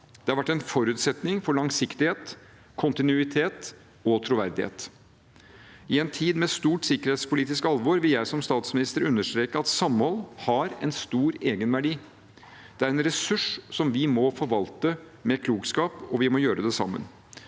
Det har vært en forutsetning for langsiktighet, kontinuitet og troverdighet. I en tid med stort sikkerhetspolitisk alvor vil jeg som statsminister understreke at samhold har en stor egenverdi. Det er en ressurs vi må forvalte med klokskap, og vi må gjøre det sammen.